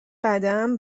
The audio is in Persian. قدم